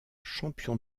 champion